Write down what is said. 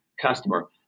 customer